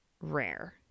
rare